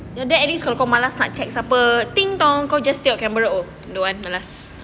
then at least kalau kau malas nak check siapa ding dong kau just stare your camera oh don't want malas